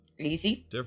easy